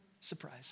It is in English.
surprise